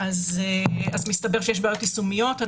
אז מסתבר שיש בעיות יישומיות.